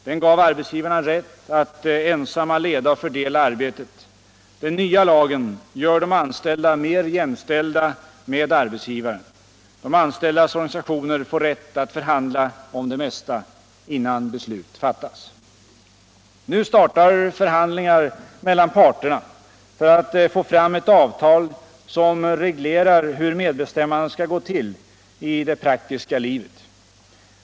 Den gav arbetsgivarna rätt att ensamma leda och fördela arbetet. Den nya lagen gör de anställda mer jämställda med arbetsgivaren. De anställdas organisationer får rätt alt förhandla om det mesta, innan beslut fattas. Nu startar förhandlingar mellan parterna för att få fram ett avtal som reglerar hur medbestämmandet skall gå ull i dev praktiska' livet.